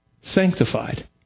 sanctified